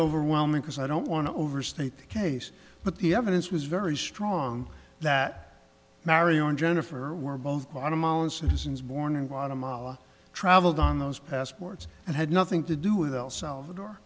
overwhelming because i don't want to overstate the case but the evidence was very strong that mary and jennifer were both part of my own citizens born in guatemala travelled on those passports and had nothing to do with all salvador